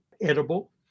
edible